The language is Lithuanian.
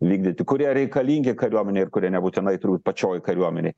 vykdyti kurie reikalingi kariuomenei ir kurie nebūtinai turi būt pačioj kariuomenėj